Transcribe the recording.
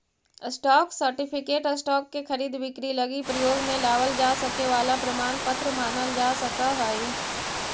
stock certificate stock के खरीद बिक्री लगी प्रयोग में लावल जा सके वाला प्रमाण पत्र मानल जा सकऽ हइ